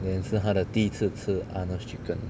then 是他的第一次吃 Arnold's chicken